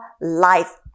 life